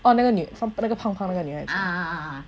oh 那个女那个胖胖那个女孩子